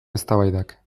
eztabaidak